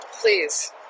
please